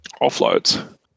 offloads